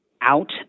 out